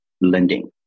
lending